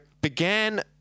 began